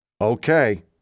Okay